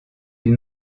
une